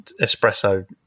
espresso